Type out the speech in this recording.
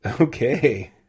Okay